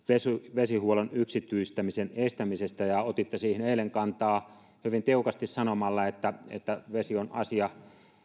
vesihuollon yksityistämisen estämisestä otitte siihen eilen kantaa hyvin tiukasti sanomalla että että vesi on asia